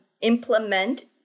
implement